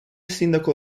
sindaco